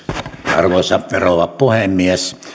arvoisa rouva puhemies